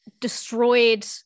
destroyed